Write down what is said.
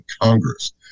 Congress